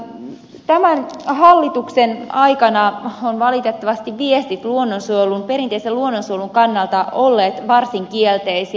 tämän hallituksen aikana ovat valitettavasti viestit perinteisen luonnonsuojelun kannalta olleet varsin kielteisiä